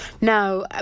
Now